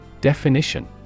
Definition